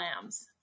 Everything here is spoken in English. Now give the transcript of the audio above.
lambs